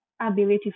ability